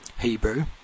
Hebrew